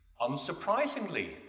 Unsurprisingly